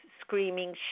screaming